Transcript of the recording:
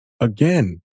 again